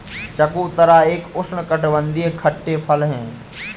चकोतरा एक उष्णकटिबंधीय खट्टे फल है